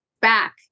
back